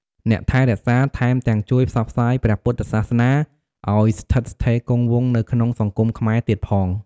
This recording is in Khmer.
អ្នកថែរក្សា ថែមទាំងជួយផ្សព្វផ្សាយព្រះពុទ្ធសាសនាឲ្យស្ថិតស្ថេរគង់វង្សនៅក្នុងសង្គមខ្មែរទៀតផង។